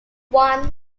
one